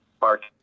Mark